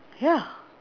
yeah